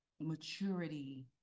maturity